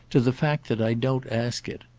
to the fact that i don't ask it.